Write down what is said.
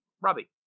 Robbie